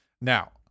Now